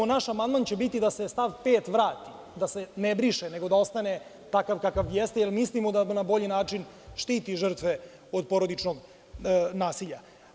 Naš amandman će biti da se stav 5. vrati, da se ne briše, nego da ostane takav kakav jeste, jer mislimo da na bolji način štiti žrtve od porodičnog nasilja.